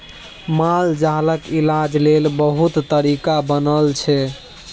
मालजालक इलाज लेल बहुत तरीका बनल छै